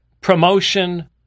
promotion